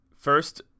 First